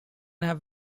have